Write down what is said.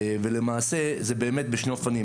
ולמעשה זה באמת בשני אופנים.